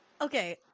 Okay